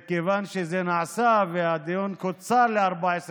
כיוון שזה נעשה והדיון קוצר ל-14 שעות,